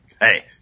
hey